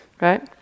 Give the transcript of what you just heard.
Right